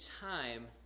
time